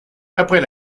après